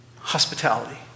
Hospitality